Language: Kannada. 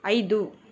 ಐದು